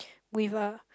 with a